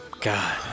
God